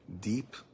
Deep